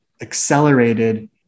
accelerated